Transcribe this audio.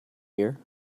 year